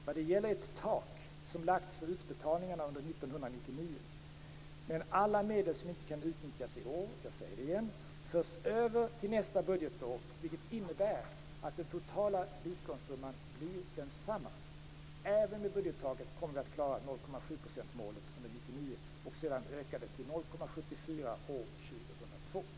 Vad det gäller är ett tak som lagts för utbetalningarna under 1999. Men alla medel som inte kan utnyttjas i år - jag säger det igen - förs över till nästa budgetår vilket innebär att den totala biståndssumman blir densamma. Även med budgettaket kommer vi att klara 0,7 %-målet under 1999 och sedan öka till 0,74 % år 2002.